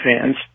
fans